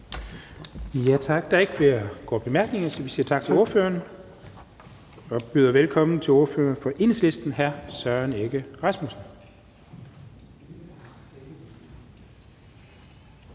Tak. Der er ikke flere korte bemærkninger. Så vi siger tak til ordføreren og byder velkommen til ordføreren fra Enhedslisten, hr. Søren Egge Rasmussen.